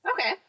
Okay